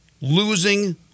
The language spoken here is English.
losing